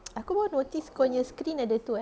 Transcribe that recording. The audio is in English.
aku baru notice kau nya screen ada tu eh